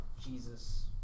Jesus